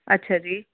ਅੱਛਾ ਜੀ